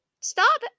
Stop